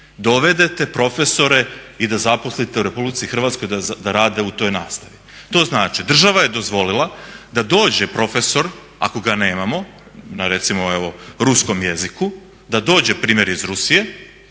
dovedete profesore i da zaposlite u RH da rade u toj nastavi. To znači država je dozvolila da dođe profesor, ako ga nemamo, na recimo evo ruskom jeziku, da dođe primjer iz Rusije,